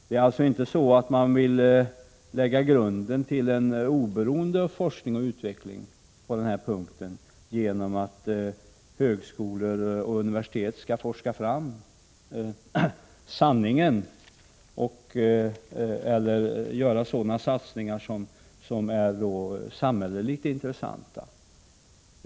De borgerliga vill alltså inte lägga grunden för en oberoende forskning och utveckling på detta område genom att låta högskolor och universitet forska fram ”sanningen” eller göra sådana satsningar som är samhälleligt intressanta.